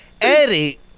Eddie